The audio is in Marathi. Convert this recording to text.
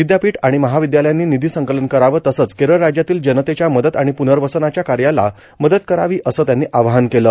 विद्यापीठ आणि महाविद्यालयांनी निधी संकलन करावं तसंच केरळ राज्यातील जनतेच्या मदत आणि पुनर्वसनाच्या कार्याला मदत करावी असं त्यांनी आवाहन केलं